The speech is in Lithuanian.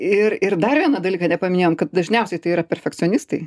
ir ir dar vieną dalyką nepaminėjom kad dažniausiai tai yra perfekcionistai